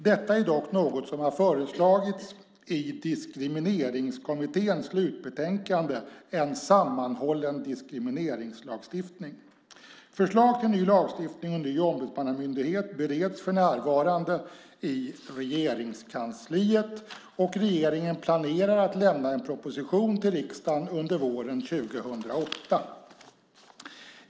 Detta är dock något som föreslagits i Diskrimineringskommitténs slutbetänkande En sammanhållen diskrimineringslagstiftning . Förslag till ny lagstiftning och ny ombudsmannamyndighet bereds för närvarande i Regeringskansliet och regeringen planerar att lämna en proposition till riksdagen under våren 2008.